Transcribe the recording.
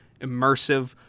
immersive